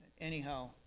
Anyhow